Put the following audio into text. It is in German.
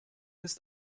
ist